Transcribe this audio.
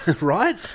right